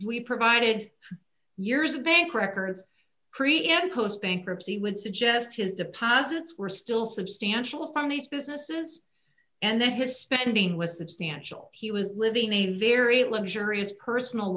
we provided years of paper records create and post bankruptcy would suggest his deposits were still substantial from these businesses and that his spending was substantial he was living a very luxurious personal